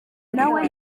nawe